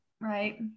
right